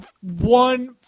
one